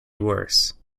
worse